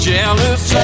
Jealous